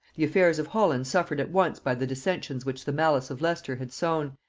the affairs of holland suffered at once by the dissensions which the malice of leicester had sown,